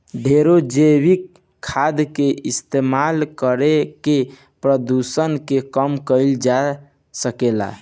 ढेरे जैविक खाद के इस्तमाल करके प्रदुषण के कम कईल जा सकेला